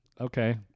Okay